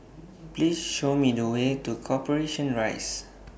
Please Show Me The Way to Corporation Rise